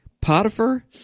potiphar